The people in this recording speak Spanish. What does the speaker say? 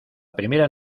primera